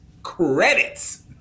Credits